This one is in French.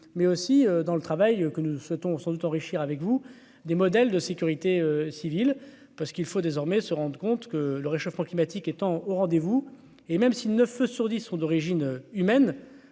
Mais aussi dans le travail que nous souhaitons sans doute enrichir avec vous des modèles de sécurité civile, parce qu'il faut désormais se rendent compte que le réchauffement climatique étant au rendez-vous et même s'il ne feux sur 10 sont d'origine humaine,